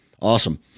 Awesome